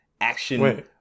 action